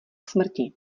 smrti